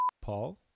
paul